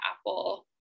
Apple